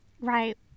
Right